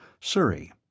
Surrey